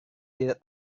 tidak